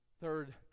Third